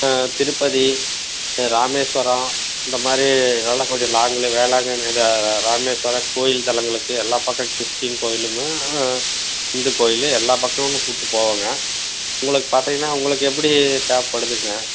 திருப்பதி ராமேஸ்வரம் இந்தமாதிரி நல்லாம் கொஞ்சம் லாங்குல வேளாங்கண்ணி இதை ராமேஸ்வரம் கோயில் ஸ்தலங்களுக்கு எல்லாம் பக்கம் கிறிஸ்டின் கோவிலுங்க இந்து கோவில் எல்லா பக்கமும் கூட்டி போவங்க உங்களுக்கு பார்த்திங்கன்னா உங்களுக்கு எப்படி தேவைப்படுதுங்க